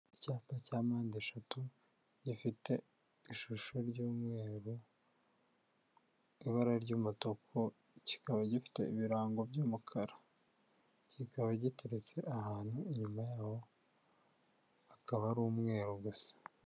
Icyapa cya mpande eshatu gifite ishusho y'umweru, ibara ry'umutuku kikaba gifite ibirango by'umukara. Kikaba giteretse ahantu inyuma yaho hakaba ari umweru gusa.